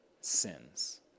sins